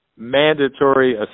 Mandatory